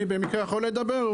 אני במקרה יכול לדבר?